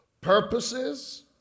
Purposes